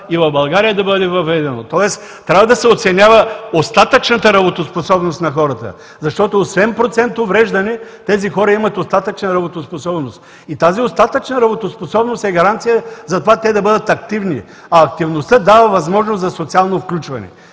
и в България да бъде въведено, тоест трябва да се оценява остатъчната работоспособност на хората, защото освен процента увреждане тези хора имат остатъчна работоспособност и тази остатъчна работоспособност е гаранция за това те да бъдат активни, а активността дава възможност за социално включване,